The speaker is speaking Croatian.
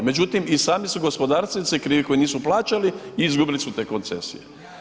Međutim i sami su gospodarstveni krivi koji nisu plaćali i izgubili su te koncesije.